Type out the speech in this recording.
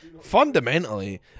fundamentally